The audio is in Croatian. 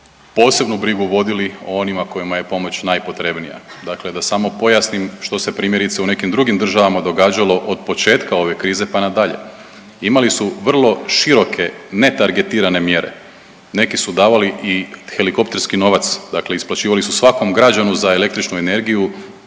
posebnu brigu vodili o onima kojima je pomoć najpotrebnija, dakle da samo pojasnim što se primjerice u nekim drugim državama događalo od početka ove krize pa nadalje. Imali su vrlo široke ne targetirane mjere, neki su davali i helikopterski novac, dakle isplaćivali su svakom građanu za električnu energiju